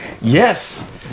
yes